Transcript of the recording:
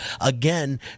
Again